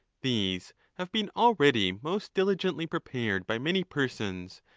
these have been already most diligently prepared by many persons,